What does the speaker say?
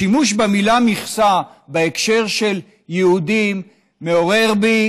השימוש במילה "מכסה" בהקשר של יהודים מעורר בי